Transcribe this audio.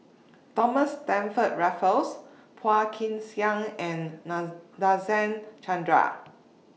Thomas Stamford Raffles Phua Kin Siang and Na Nadasen Chandra